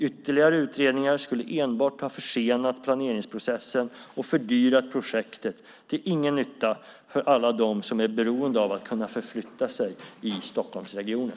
Ytterligare utredningar skulle enbart ha försenat planeringsprocessen och fördyrat projektet till ingen nytta för alla dem som är beroende av att kunna förflytta sig i Stockholmsregionen.